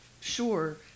sure